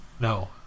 No